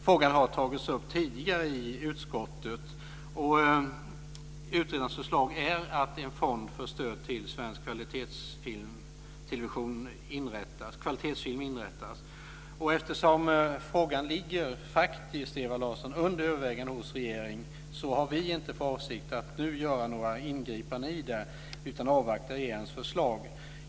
Frågan har tagits upp tidigare i utskottet, och utredarens förslag är att en fond för stöd till svensk kvalitetsfilm ska inrättas. Eftersom frågan faktiskt, Ewa Larsson, är under övervägande i regeringen, har vi inte för avsikt att nu göra några ingripanden utan avvaktar regeringens förslag.